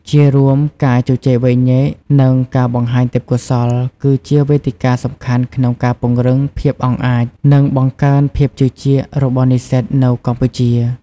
ជារួម ការជជែកវែកញែក និងការបង្ហាញទេពកោសល្យគឺជាវេទិកាសំខាន់ក្នុងការពង្រឹងភាពអង់អាច និងបង្កើនភាពជឿជាក់របស់និស្សិតនៅកម្ពុជា។